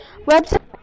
Website